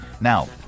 Now